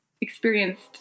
experienced